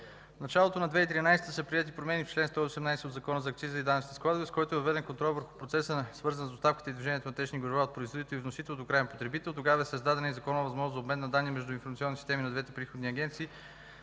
В началото на 2013 г. са приети промени в чл. 118 от Закона за акцизите и данъчните складове, с който е въведен контрол върху процеса на свързаност на доставките и движението на течни горива от производител и вносител до краен потребител. Тогава е създадена и законова възможност за обмен на данни между информационните системи на двете приходни агенции,